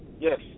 yes